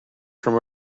from